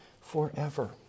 forever